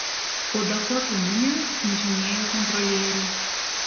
po dakotų minią šmižinėjo kontrolieriai